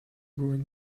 brewing